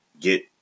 get